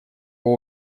его